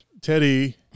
Teddy